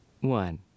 one